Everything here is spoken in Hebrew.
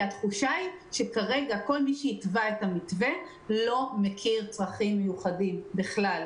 התחושה היא שכרגע כל מי שהתווה את המתווה לא מכיר צרכים מיוחדים בכלל.